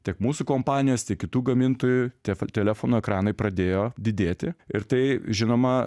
tiek mūsų kompanijos tiek kitų gamintojų telefonų ekranai pradėjo didėti ir tai žinoma